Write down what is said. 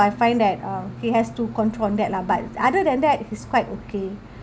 I find that uh he has to control on that lah but other than that he's quite okay